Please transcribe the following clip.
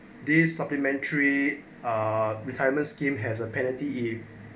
these supplementary retirement scheme has a penalty he